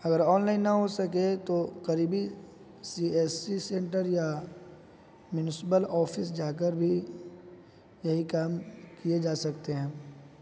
اگر آنلائن نہ ہو سکے تو قریبی سی ایس سی سینٹر یا میونسپل آفس جا کر بھی یہی کام کیے جا سکتے ہیں